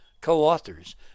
co-authors